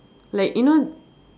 like you know